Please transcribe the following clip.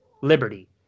liberty